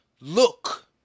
Look